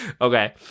Okay